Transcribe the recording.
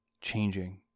changing